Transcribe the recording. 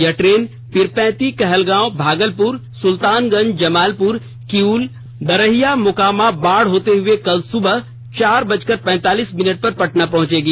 यह ट्रेन पीरपैंती कहलगांव भागलपुर सुल्तानगंज जमालपुर कियूल बरहिया मोकामा बाढ़ होते हुए कल सुबह चार बजकर पैतालीस मिनट पर पटना पहुंचेगी